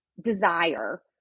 desire